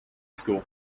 school